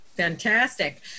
Fantastic